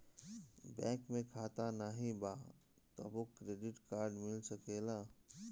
Bank में खाता नाही बा तबो क्रेडिट कार्ड मिल सकेला?